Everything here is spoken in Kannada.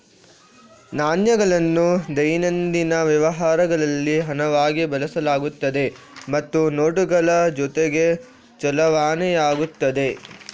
ನಾಣ್ಯಗಳನ್ನು ದೈನಂದಿನ ವ್ಯವಹಾರಗಳಲ್ಲಿ ಹಣವಾಗಿ ಬಳಸಲಾಗುತ್ತದೆ ಮತ್ತು ನೋಟುಗಳ ಜೊತೆಗೆ ಚಲಾವಣೆಯಾಗುತ್ತದೆ